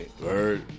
Bird